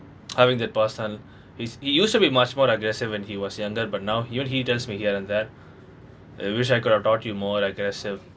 having that person he is usually much more aggressive when he was younger but now even he tells me here and there I wish I could have taught you more I guess if